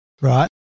Right